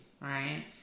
Right